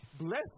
bless